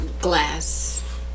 Glass